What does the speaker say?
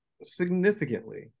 significantly